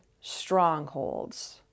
strongholds